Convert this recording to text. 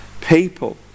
people